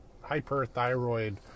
hyperthyroid